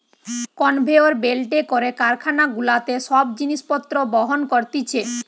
conveyor বেল্টে করে কারখানা গুলাতে সব জিনিস পত্র বহন করতিছে